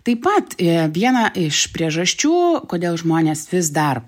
taip pat viena iš priežasčių kodėl žmonės vis dar